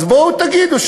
אז בואו תגידו,